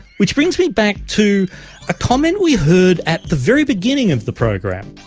which brings me back to a comment we heard at the very beginning of the program.